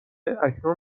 اکنون